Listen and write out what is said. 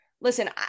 listen